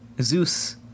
Zeus